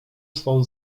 swą